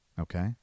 Okay